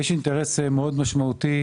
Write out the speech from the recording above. יש אינטרס מאוד משמעותי